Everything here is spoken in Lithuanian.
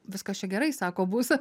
viskas čia gerai sako bus